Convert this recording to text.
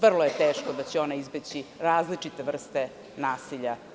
Vrlo je taško da će ona izbeći različite vrste nasilja.